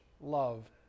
love